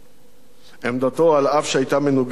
עמדתו, על אף שהיתה מנוגדת לשלי,